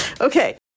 Okay